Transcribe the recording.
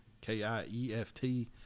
K-I-E-F-T